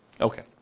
Okay